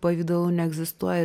pavidalu neegzistuoja